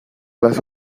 las